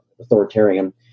authoritarian